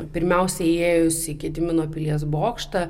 pirmiausia įėjus į gedimino pilies bokštą